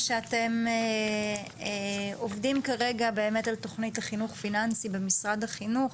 שאתם עובדים כרגע על תוכנית לחינוך פיננסי במשרד החינוך.